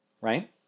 right